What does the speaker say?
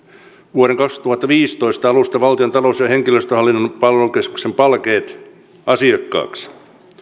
vuoden kaksituhattaviisitoista alusta valtion talous ja henkilöstöhallinnon palvelukeskuksen palkeiden asiakkaaksi